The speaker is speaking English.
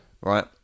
Right